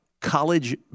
college